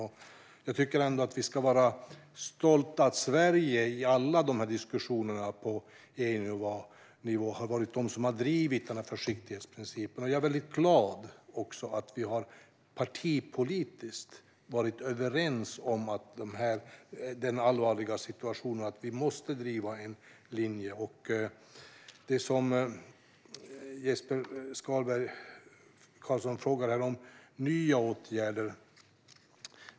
Och jag tycker att vi ska vara stolta över att Sverige i alla diskussioner på EU-nivå har varit den som drivit försiktighetsprincipen. Jag är också glad över att vi partipolitiskt har varit överens om allvaret i situationen och att vi måste driva den linjen. Jesper Skalberg Karlsson frågar om nya åtgärder.